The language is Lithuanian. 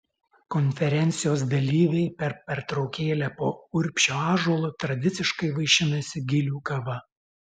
konferencijos dalyviai per pertraukėlę po urbšio ąžuolu tradiciškai vaišinasi gilių kava